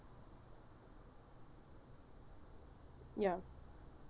ya